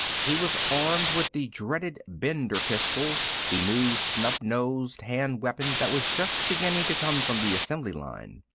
he was armed with the dreaded bender pistol, the new snub-nosed hand weapon that was just beginning to come from the assembly line.